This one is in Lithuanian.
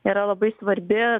yra labai svarbi